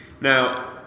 now